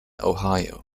ohio